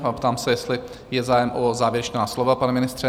Ptám se, jestli je zájem o závěrečná slova, pane ministře?